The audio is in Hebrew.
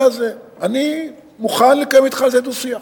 אני מוכן לקיים אתך על זה דו-שיח,